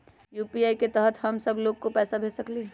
UPI के तहद हम सब लोग को पैसा भेज सकली ह?